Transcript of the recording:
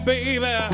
Baby